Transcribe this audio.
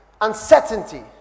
Uncertainty